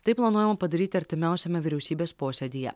tai planuojama padaryti artimiausiame vyriausybės posėdyje